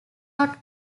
not